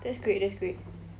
that's great that's great